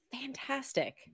Fantastic